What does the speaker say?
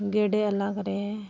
ᱜᱮᱰᱮ ᱟᱞᱟᱠ ᱨᱮ